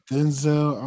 Denzel